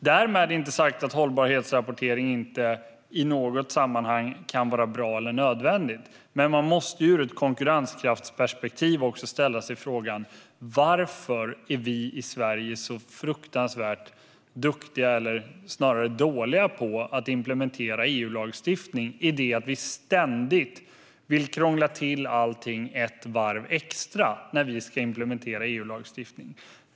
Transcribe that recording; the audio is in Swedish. Därmed inte sagt att hållbarhetsrapportering inte i något sammanhang kan vara bra eller nödvändigt. Man måste dock ur ett konkurrenskraftsperspektiv också ställa sig frågan: Varför är vi i Sverige så fruktansvärt duktiga - eller snarare dåliga - på att implementera EU-lagstiftning i det att vi ständigt vill krångla till allting ett varv extra när vi ska implementera EU-lagstiftning?